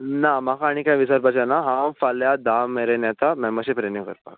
ना म्हाका आनी कांय विचारपाचें ना हांव फाल्यां धा मेरेन येता मेमबरशीप रिनीव करपाक